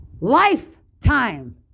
Lifetime